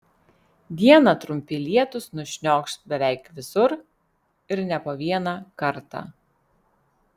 dieną trumpi lietūs nušniokš beveik visur ir ne po vieną kartą